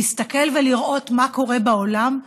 להסתכל ולראות מה קורה בעולם.